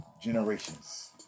generations